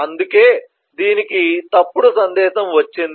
అందుకే దీనికి తప్పుడు సందేశం వచ్చింది